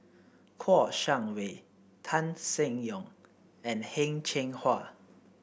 Kouo Shang Wei Tan Seng Yong and Heng Cheng Hwa